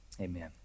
amen